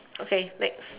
okay next